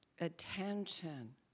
attention